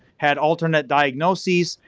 had alternate diagnoses,